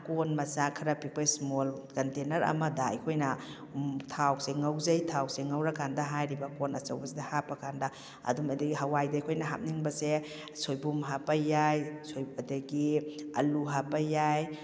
ꯀꯣꯟ ꯃꯆꯥ ꯈꯔꯥ ꯄꯤꯛꯄ ꯏꯁꯃꯣꯜ ꯀꯟꯇꯦꯟꯅꯔ ꯑꯃꯗ ꯑꯩꯈꯣꯏꯅ ꯊꯥꯎ ꯉꯧꯖꯩ ꯊꯥꯎꯁꯦ ꯉꯧꯔꯥ ꯀꯥꯟꯗ ꯍꯥꯏꯔꯤꯕ ꯀꯣꯟ ꯑꯆꯧꯕꯁꯤꯗ ꯍꯥꯞꯄ ꯀꯥꯟꯗ ꯑꯗꯨꯝ ꯑꯗꯒꯤ ꯍꯋꯥꯏꯗ ꯑꯩꯈꯣꯏꯅ ꯍꯥꯞꯅꯤꯡꯕꯁꯦ ꯁꯣꯏꯕꯨꯝ ꯍꯥꯞꯄ ꯌꯥꯏ ꯑꯗꯒꯤ ꯑꯂꯨ ꯍꯥꯞꯄ ꯌꯥꯏ